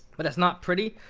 but that's not pretty.